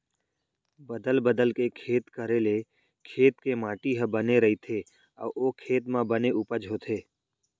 बदल बदल के खेत करे ले खेत के माटी ह बने रइथे अउ ओ खेत म बने उपज होथे